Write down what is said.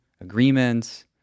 agreements